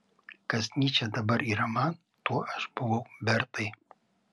kas nyčė dabar yra man tuo aš buvau bertai